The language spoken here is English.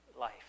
life